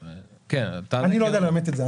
אני לא יודע לאמת את זה.